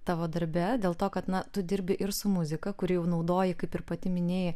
tavo darbe dėl to kad na tu dirbi ir su muzika kur jau naudoji kaip ir pati minėjai